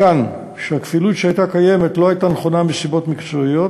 מכאן שהכפילות שהייתה קיימת לא הייתה נכונה מסיבות מקצועיות,